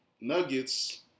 Nuggets